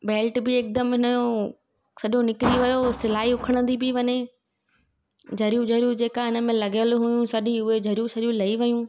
belt बि हिकदमि हुनजो सॼो निकिरी वियो सिलाई उखणंदी पई वञे जरियूं जरियूं जेका इनमें लॻियल हुयूं सॼी उहे जरियूं सरियूं लही वियूं